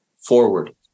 forward